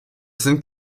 sind